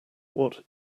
what